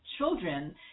children